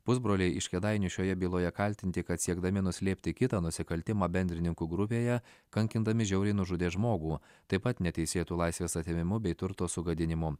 pusbroliai iš kėdainių šioje byloje kaltinti kad siekdami nuslėpti kitą nusikaltimą bendrininkų grupėje kankindami žiauriai nužudė žmogų taip pat neteisėtu laisvės atėmimu bei turto sugadinimu